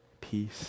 peace